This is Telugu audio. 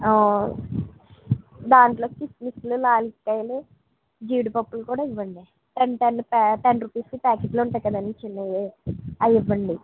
దాంట్లోకి కిస్మిస్సులు లాలిక్కాయలు జీడీ పప్పులు కూడా ఇవ్వండి టెన్ టెన్ టెన్ ప్యా టెన్ రూపీస్ ప్యాకెట్లు ఉంటాయి కదండి చిన్నవి అవి ఇవ్వండి